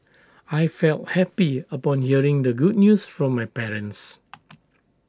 I felt happy upon hearing the good news from my parents